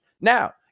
Now